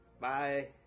bye